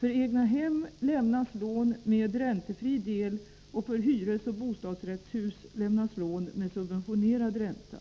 För egnahem lämnas lån med en räntefri del, och för hyresoch bostadsrättshus lämnas lån med subventionerad ränta.